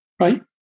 right